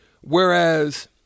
Whereas